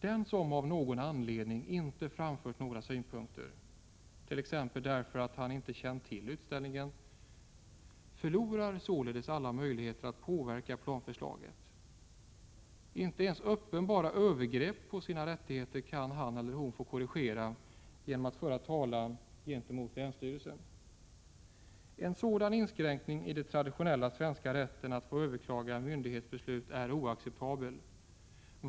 Den som av någon anledning inte framfört några synpunkter, t.ex. därför att han inte känt till utställningen, förlorar således alla möjligheter att påverka planförslaget. Inte ens uppenbara övergrepp på sina rättigheter kan han eller hon få korrigerade genom att föra talan hos länsstyrelsen. En sådan inskränkning i den traditionella svenska rätten att få överklaga en myndighets beslut är oacceptabel.